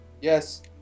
Yes